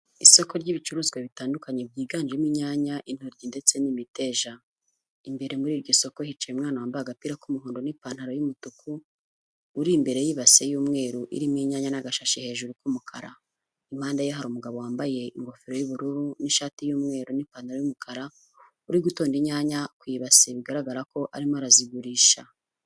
Isoko ry'ibicuruzwa bitandukanye byiganjemo inyanya, intoryi ndetse n'imiteja, imbere muri iryo soko hicaye umwana wambaye agapira k'umuhondo n'ipantaro y'umutuku, uri imbere y'ibase y'umweru irimo inyanya n'agashashi hejuru k'umukara, impande ye hari umugabo wambaye ingofero y'ubururu n'ishati y'umweru n'ipantaro y'umukara, uri gutonda inyanya ku ibase bigaragara ko arimo arazigurisha.